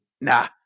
Nah